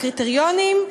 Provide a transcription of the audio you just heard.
הקריטריונים,